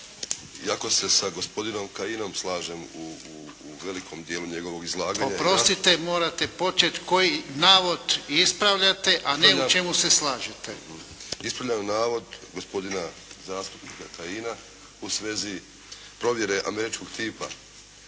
Iako se sa gospodinom Kajinom slažem u velikom dijelu njegovog izlaganja. **Jarnjak, Ivan (HDZ)** Oprostite, morate početi koji navod ispravljate a ne u čemu se slažete. **Grubišić, Boro (HDSSB)** Ispravljam navod gospodina zastupnika Kajina u svezi provjere američkog tipa